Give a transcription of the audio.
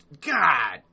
God